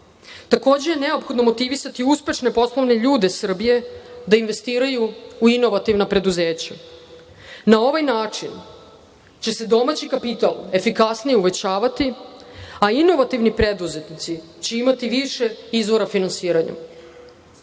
je neophodno motivisati uspešne poslovne ljude Srbije da investiraju u inovativna preduzeća. Na ovaj način će se domaći kapital efikasnije uvećavati, a inovativni preduzetnici će imati više izvora finansiranja.